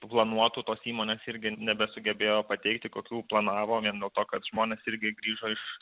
planuotos įmonės irgi nebesugebėjo pateikti kokių planavome nuo to kad žmonės irgi grįžo iš